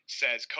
says